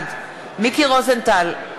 בעד מיקי רוזנטל,